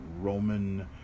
Roman